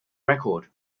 record